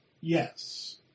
yes